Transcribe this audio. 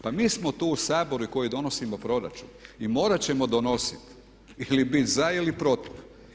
Pa mi smo tu u Saboru koji donosimo proračun i morati ćemo donositi ili biti za ili protiv.